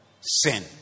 sin